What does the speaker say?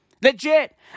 Legit